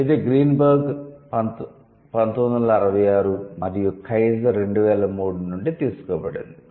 ఇది గ్రీన్బెర్గ్ 1966 మరియు కైజర్ 2003 నుండి తీసుకోబడింది